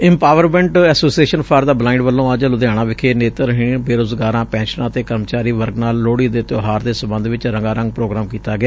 empowerment association for the blind ਵੱਲੋ ਅੱਜ ਲੁਧਿਆਣਾ ਵਿਖੇ ਨੇਤਰਹੀਣ ਬੇਰੁਜ਼ਗਾਰਾਂ ਪੈਨਸ਼ਨਰਾਂ ਅਤੇ ਕਰਮਚਾਰੀ ਵਰਗ ਨਾਲ ਲੋਹੜੀ ਦੇ ਤਿਉਹਾਰ ਦੇ ਸਬੰਧ ਵਿੱਚ ਰੰਗਾ ਰੰਗ ਪ੍ਰੋਗਰਾਮ ਕੀਤਾ ਗਿਆ